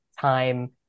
time